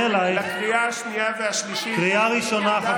נשיא המדינה קרא לך לעצור את החקיקה.